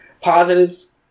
positives